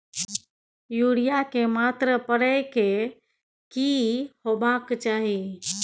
Urea के मात्रा परै के की होबाक चाही?